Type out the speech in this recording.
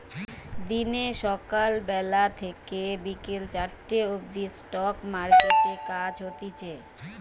দিনে সকাল বেলা থেকে বিকেল চারটে অবদি স্টক মার্কেটে কাজ হতিছে